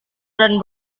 dan